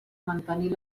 mantenir